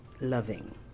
loving